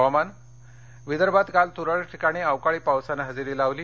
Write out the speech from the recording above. हवामान् विदर्भात काल तुरळक ठिकाणी अवकाळी पावसानं हजेरी लावली